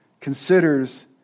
Considers